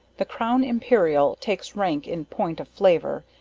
the crown imperial, takes rank in point of flavor,